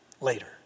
later